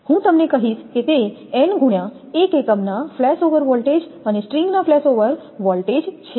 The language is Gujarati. હું તમને કહીશ કે તે n ગુણ્યા એક એકમના ફ્લેશઓવર વોલ્ટેજ અને સ્ટ્રિંગના ફ્લેશઓવર વોલ્ટેજ છે